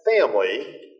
family